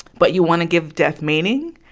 but you want to give death meaning,